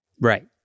Right